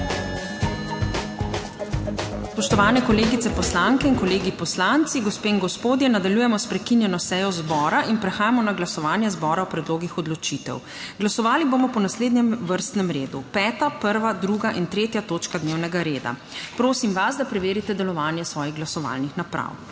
Spoštovani kolegice poslanke in kolegi poslanci, gospe in gospodje! Nadaljujemo s prekinjeno sejo zbora in prehajamo na glasovanje zbora o predlogih odločitev. Glasovali bomo po naslednjem vrstnem redu: 5., 1., 2. in 3. točka dnevnega reda. Prosim vas, da preverite delovanje svojih glasovalnih naprav.